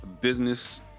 business